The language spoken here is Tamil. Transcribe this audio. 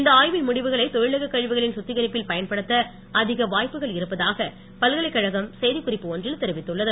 இந்த ஆய்வின் முடிவுகளை தொழிலகக் கழிவுகளின் சுத்திகரிப்பில் பயன்படுத்த அதிக வாய்ப்புகள் இருப்பதாக பல்கலைக்கழகம் செய்திக் குறிப்பு ஒன்றில் தெரிவித்துள்ளது